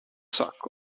sacco